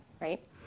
right